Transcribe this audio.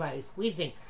squeezing